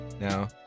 now